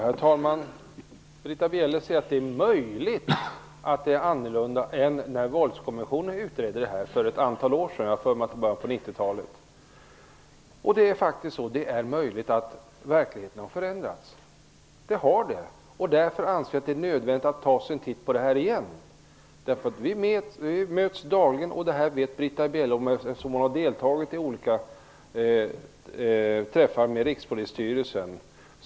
Herr talman! Britta Bjelle säger att det är möjligt att det nu är annorlunda än när Våldskommissionen utredde frågan för ett antal år sedan. Jag har för mig att det var i början av 90-talet. Det är faktiskt möjligt att verkligheten har förändrats. Det har den. Därför anser vi att det är nödvändigt att man ser över frågan igen. Britta Bjelle känner också till det här, eftersom hon har deltagit i olika sammankomster med Rikspolisstyrelsen.